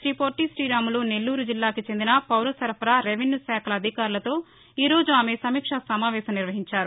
శ్రీ పొట్టి శ్రీరాములు నెల్లూరు జిల్లాకు చెందిన పౌర సరఫరా రెవెన్యూ శాఖల అధికారులతో ఈ రోజు ఆమె సమీక్షా సమావేశం నిర్వహించారు